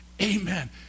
amen